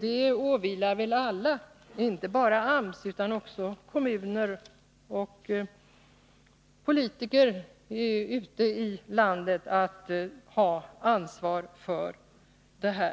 Det åvilar väl alla, inte bara AMS utan också kommuner och politiker ute i landet, att ta ansvar för detta.